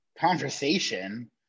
Conversation